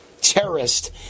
terrorist